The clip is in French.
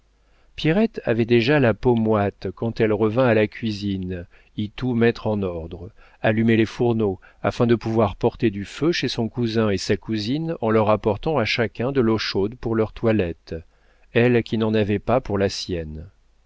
pierrette avait déjà la peau moite quand elle revint à la cuisine y tout mettre en ordre allumer les fourneaux afin de pouvoir porter du feu chez son cousin et sa cousine en leur apportant à chacun de l'eau chaude pour leur toilette elle qui n'en avait pas pour la sienne